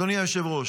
אדוני היושב-ראש,